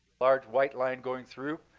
large white line going through,